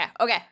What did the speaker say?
okay